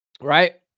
Right